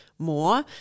more